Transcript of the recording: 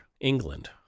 England